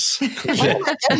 Yes